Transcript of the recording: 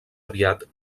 aviat